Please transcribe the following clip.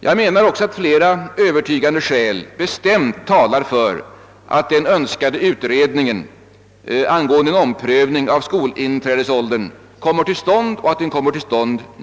Jag menar också att flera övertygande skäl bestämt talar för att den utredning vi begärt angående en omprövning av skolinträdesåldern kommer till stånd omedelbart.